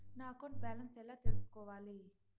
నా account balance ఎలా తెల్సుకోవాలి